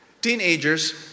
Teenagers